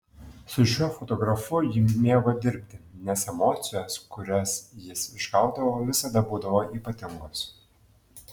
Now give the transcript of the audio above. su šiuo fotografu ji mėgo dirbti nes emocijos kurias jis išgaudavo visada būdavo ypatingos